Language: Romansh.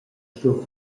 stuiu